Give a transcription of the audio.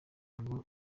ngo